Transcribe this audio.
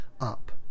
up